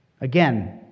Again